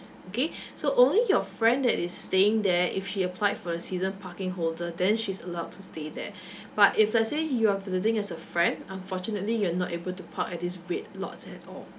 okay so only your friend that is staying there if she applied for the season parking holder then she's allowed to stay there but if let's say you are visiting as a friend unfortunately you're not able to park at these red lots at all